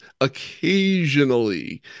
occasionally